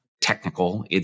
technical